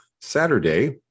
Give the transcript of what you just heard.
Saturday